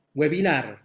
webinar